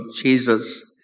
Jesus